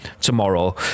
tomorrow